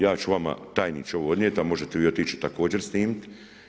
Ja ću vama tajniče ovo odnijeti, a možete vi otići također snimiti.